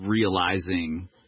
realizing